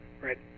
right